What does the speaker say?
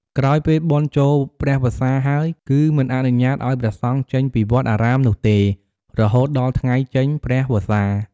ក្រោយពេលបុណ្យចូលព្រះវស្សាហើយ គឺមិនអនុញ្ញាតិឪ្យព្រះសង្ឃចេញពីវត្តអារាមនោះទេរហូតដល់ថ្ងៃចេញព្រះវស្សា ។